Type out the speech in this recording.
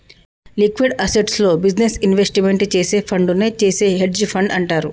liquid అసెట్స్లో business investment చేసే ఫండునే చేసే హెడ్జ్ ఫండ్ అంటారు